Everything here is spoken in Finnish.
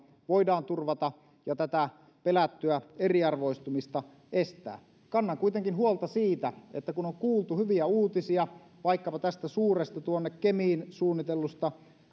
voidaan turvata ja tätä pelättyä eriarvoistumista estää kannan kuitenkin huolta siitä että kun on kuultu hyviä uutisia vaikkapa tästä kemiin suunnitellusta